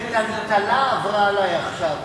עברה עלי עכשיו...